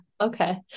Okay